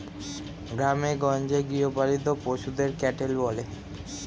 গ্রামেগঞ্জে গৃহপালিত পশুদের ক্যাটেল বলে